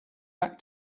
back